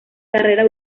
carrera